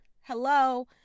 hello